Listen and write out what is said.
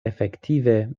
efektive